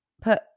put